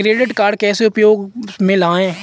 Credit card कैसे उपयोग में लाएँ?